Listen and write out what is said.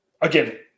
again